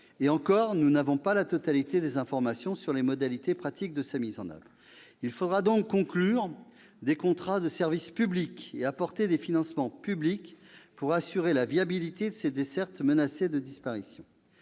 et encore, nous n'avons pas la totalité des informations sur les modalités pratiques de sa mise en oeuvre. Il faudra donc conclure des contrats de service public et apporter des financements publics pour assurer la viabilité de ces dessertes menacées de disparition.